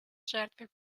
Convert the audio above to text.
жертвой